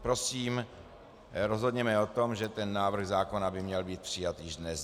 Prosím, rozhodněme o tom, že ten návrh zákona by měl být přijat již dnes.